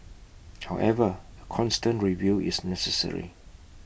however A constant review is necessary